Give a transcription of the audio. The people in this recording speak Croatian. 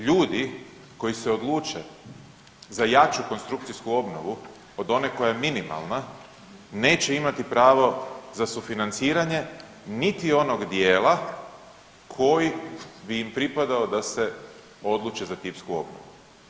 Ljudi koji se odluče za jaču konstrukcijsku obnovu od one koja je minimalna neće imati pravo za sufinanciranje niti onog dijela koji bi im pripadao da se odluče za tipsku obnovu.